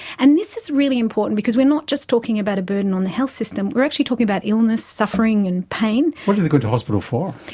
and this is really important because we are not just talking about a burden on the health system, we're actually talking about illness, suffering and pain. what are they going to hospital for?